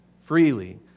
freely